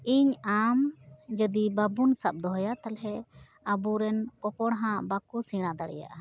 ᱤᱧ ᱟᱢ ᱡᱚᱫᱤ ᱵᱟᱵᱚᱱ ᱥᱟᱵ ᱫᱚᱦᱚᱭᱟ ᱛᱟᱞᱦᱮ ᱟᱵᱚᱨᱮᱱ ᱯᱚᱯᱚᱬᱦᱟ ᱵᱟᱠᱚ ᱥᱮᱬᱟ ᱫᱟᱲᱮᱭᱟᱜᱼᱟ